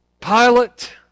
Pilate